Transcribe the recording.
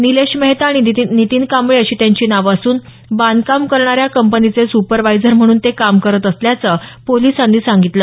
निलेश मेहता आणि नितीन कांबळे अशी त्यांची नावं असून बांधकाम करणाऱ्या कंपनीचे सुपरवायझर म्हणून ते काम करत असल्याचं पोलिसांनी सांगितलं